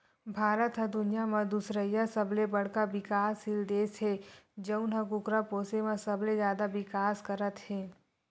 भारत ह दुनिया म दुसरइया सबले बड़का बिकाससील देस हे जउन ह कुकरा पोसे म सबले जादा बिकास करत हे